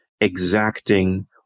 exacting